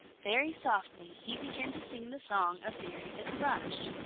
very softly he began to sing the song of veery the thrush.